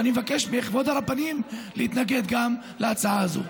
ואני מבקש מכבוד הרבנים להתנגד גם להצעה הזאת.